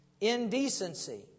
indecency